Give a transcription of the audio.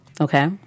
Okay